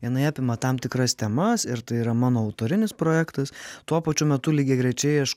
jinai apima tam tikras temas ir tai yra mano autorinis projektas tuo pačiu metu lygiagrečiai aš